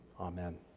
Amen